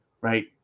right